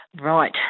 Right